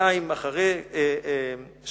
שנתיים אחרי שכותב